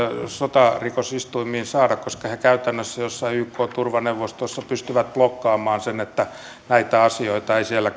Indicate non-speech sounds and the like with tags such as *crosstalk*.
sotarikostuomioistuimiin saada koska ne käytännössä jossain ykn turvaneuvostossa pystyvät blokkaamaan sen että näitä asioita siellä *unintelligible*